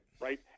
right